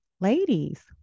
Ladies